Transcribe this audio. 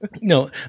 No